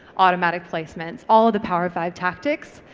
automatic placements, all the power five tactics,